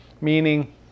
meaning